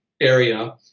area